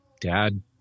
Dad